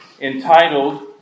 entitled